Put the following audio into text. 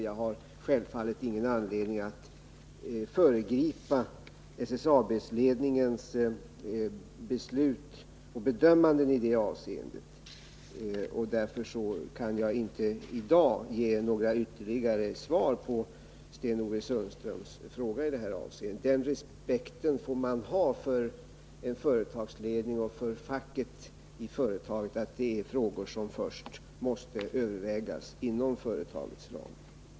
Jag har självfallet ingen anledning att föregripa SSAB-ledningens beslut och bedömanden i det avseendet. Därför kan jag i dag inte ge några ytterligare svar på Sten-Ove Sundströms fråga i detta avseende. Den respekten får man ha för en företagsledning och för facket i företaget att man accepterar att det är frågor som först måste övervägas inom företagets ram.